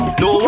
no